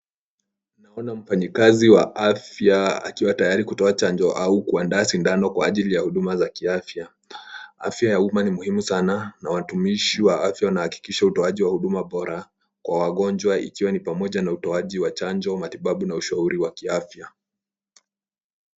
Tunaona mfanyikazi wa afya wakiwa tayari kutoa chanjo au kuandaa sindano kwa ajili ya huduma za kiafya. Afya ya umma ni muhimu sana na watumishi wa afya wanahakikisha utoaji wa huduma bora kwa wagonjwa ikiwa ni pamoja na utoaji wa chanjo, matibabu na ushauri wa kiafya.